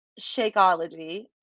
shakeology